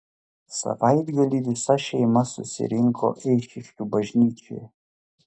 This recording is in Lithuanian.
savaitgalį visa šeima susirinko eišiškių bažnyčioje